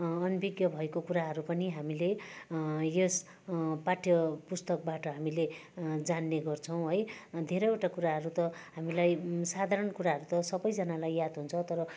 अनभिज्ञ भएको कुराहरू पनि हामीले यस पाठ्य पुस्तकबाट हामीले जान्ने गर्छौँ है धेरैवटा कुराहरू त हामीलाई साधारण कुराहरू त सबैजनालाई याद हुन्छ तर